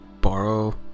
borrow